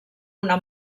una